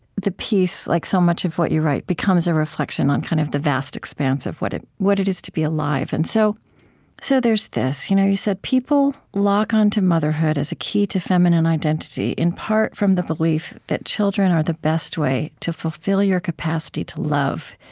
the piece, like so much of what you write, becomes a reflection on kind of the vast expanse of what it what it is to be alive. and so so there's this, you know you said, people lock onto motherhood as a key to feminine identity, in part from the belief that children are the best way to fulfill your capacity to love,